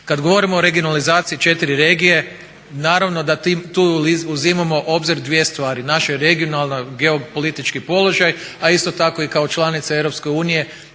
Kada govorimo o regionalizaciji 4 regije, naravno da tu uzimamo u obzir dvije stvari, naš regionalni i geopolitički položaj, a isto tako kao i članica EU gdje